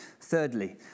Thirdly